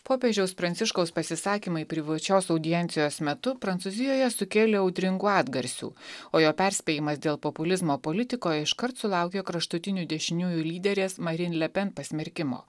popiežiaus pranciškaus pasisakymai privačios audiencijos metu prancūzijoje sukėlė audringų atgarsių o jo perspėjimas dėl populizmo politikoje iškart sulaukė kraštutinių dešiniųjų lyderės marin lepen pasmerkimo